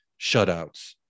shutouts